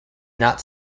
not